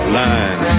line